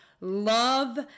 love